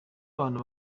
abantu